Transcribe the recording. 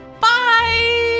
Bye